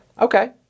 okay